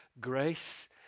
grace